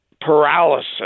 paralysis